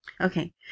Okay